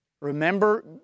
Remember